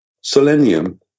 Selenium